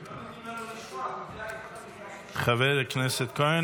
הם לא נותנים לנו לשמוע --- חבר הכנסת כהן,